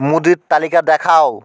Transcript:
মুদির তালিকা দেখাও